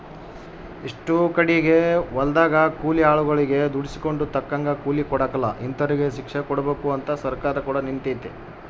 ಎಷ್ಟೊ ಕಡಿಗೆ ಹೊಲದಗ ಕೂಲಿ ಆಳುಗಳಗೆ ದುಡಿಸಿಕೊಂಡು ತಕ್ಕಂಗ ಕೂಲಿ ಕೊಡಕಲ ಇಂತರಿಗೆ ಶಿಕ್ಷೆಕೊಡಬಕು ಅಂತ ಸರ್ಕಾರ ಕೂಡ ನಿಂತಿತೆ